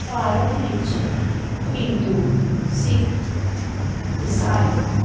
ਭਾਰਤ ਵਿੱਚ ਹਿੰਦੂ ਸਿੱਖ ਈਸਾਈ